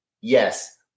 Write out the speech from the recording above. Yes